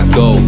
go